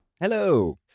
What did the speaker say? Hello